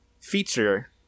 feature